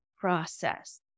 process